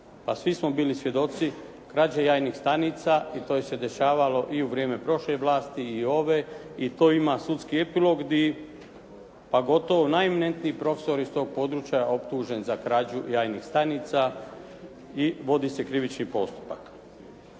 a svi smo bili svjedoci krađe jajnih stanica i to se dešavalo i u vrijeme prošle vlasti i ove, i to ima sudski epilog gdje pa gotovo najeminentniji profesor iz tog područja je optužen za krađu jajnih stanica i vodi se krivični postupak.